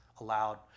allowed